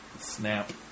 Snap